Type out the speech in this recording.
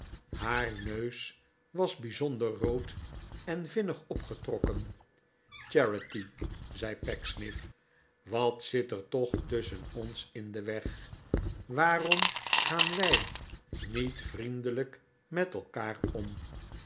haar neus was bijzonder rood en vinnig opgetrokken charity zei pecksniff wat zit er toch tusschen ons in den weg waarom gaan wij niet vriendelijk met elkaar om